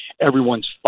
Everyone's